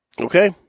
Okay